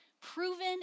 proven